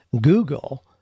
Google